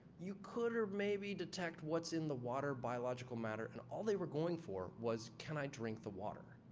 you could or maybe detect what's in the water biological matter and all they were going for was, can i drink the water?